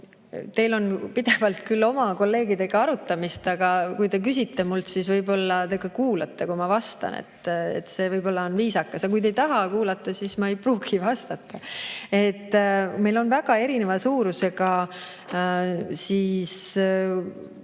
Teil on pidevalt küll oma kolleegidega arutamist, aga kui te küsite minult, siis võib-olla te ka kuulate, kui ma vastan, see võib-olla on viisakas. Aga kui te ei taha kuulata, siis ma ei pruugi vastata. Meil on väga erineva suurusega